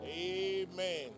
Amen